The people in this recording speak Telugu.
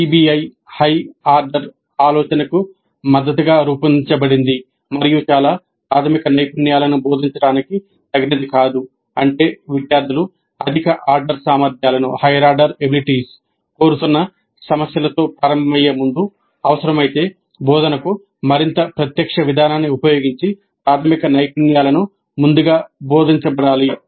పిబిఐ హై ఆర్డర్ ఆలోచనకు మద్దతుగా రూపొందించబడింది మరియు చాలా ప్రాథమిక నైపుణ్యాలను బోధించడానికి తగినది కాదు అంటే విద్యార్థులు అధిక ఆర్డర్ సామర్ధ్యాలను కోరుతున్న సమస్యలతో ప్రారంభమయ్యే ముందు అవసరమైతే బోధనకు మరింత ప్రత్యక్ష విధానాన్ని ఉపయోగించి ప్రాథమిక నైపుణ్యాలను ముందుగా బోధించబడాలి